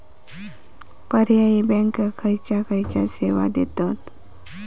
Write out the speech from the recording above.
पर्यायी बँका खयचे खयचे सेवा देतत?